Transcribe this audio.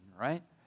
right